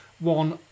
One